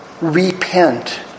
repent